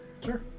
Sure